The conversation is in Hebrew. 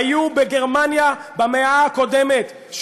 היו בגרמניה במאה הקודמת,